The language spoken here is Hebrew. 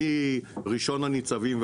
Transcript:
מראשון הניצבים,